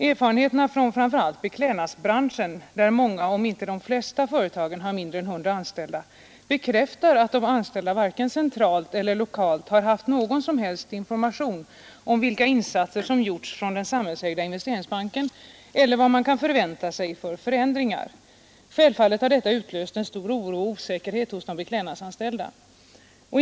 Erfarenheterna från framför allt beklädnadsbranschen — där inflytande gj många, om inte de flesta, företag har mindre än 100 anställda — bekräftar användningen sög att de anställda varken centralt eller lokalt har fått någon som helst allmänna medel information om vilka insatser som gjorts av den samhällsägda Investesort anvisas för ringsbanken eller om vad man kan förvänta sig för förändringar. rationalisering SS” Självfallet har detta utlöst en stor oro och osäkerhet hos de beklädnadsenskilda industri anställda.